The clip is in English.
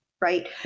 right